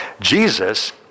Jesus